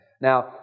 Now